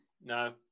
no